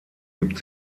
gibt